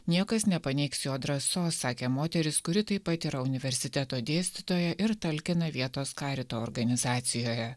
niekas nepaneigs jo drąsos sakė moteris kuri taip pat yra universiteto dėstytoja ir talkina vietos carito organizacijoje